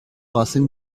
passing